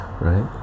Right